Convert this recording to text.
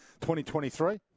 2023